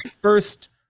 first